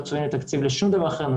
לא צובעים לי תקציב לשום דבר אחר.